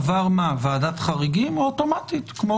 עבר ועדת חריגים או שאוטומטית נכנס?